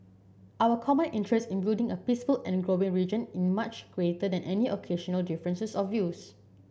our common interest in building a peaceful and growing region in much greater than any occasional differences of views